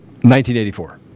1984